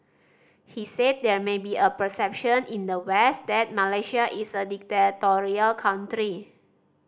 he said there may be a perception in the West that Malaysia is a dictatorial country